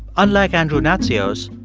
unlike andrew natsios,